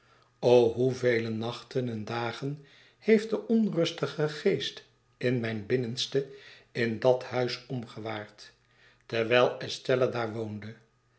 hoevele nachten en dagen heeffc de onrustige geest in mijn binnenste in dat huis omgewaard terwijl estella daar woondel